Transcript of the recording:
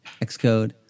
Xcode